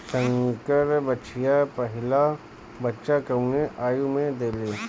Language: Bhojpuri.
संकर बछिया पहिला बच्चा कवने आयु में देले?